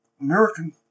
American